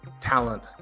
talent